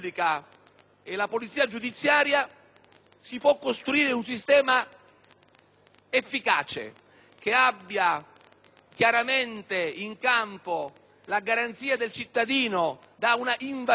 efficace, che metta chiaramente in campo la garanzia del cittadino rispetto all'invasività insopportabile di un'azione investigatrice indiscriminata,